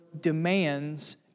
demands